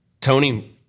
Tony